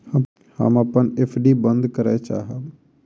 हम अपन एफ.डी बंद करय चाहब